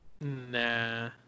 Nah